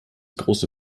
große